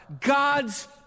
God's